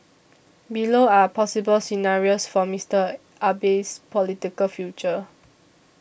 below are possible scenarios for Mister Abe's political future